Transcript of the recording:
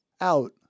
out